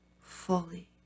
Fully